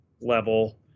level